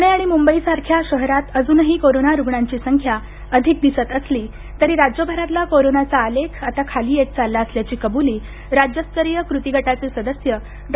पूणे आणि मुंबई सारख्या शहरात अजूनही कोरोना रुग्णांची संख्या अधिक दिसत असली तरी राज्यभरातला कोरोनाचा आलेख आता खाली येत चालला असल्याची कबुली राज्यस्तरीय कृती गटाचे सदस्य डॉ